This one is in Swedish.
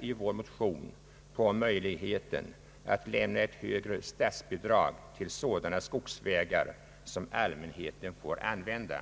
i vår motion pekat på möjligheten att lämna ett högre statsbidrag till sådana skogsvägar som allmänheten får använda.